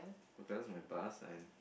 okay that's my bus and